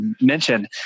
mentioned